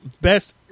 Best